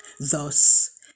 Thus